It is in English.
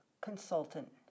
consultant